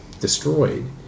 destroyed